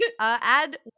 Add